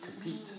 compete